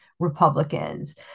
Republicans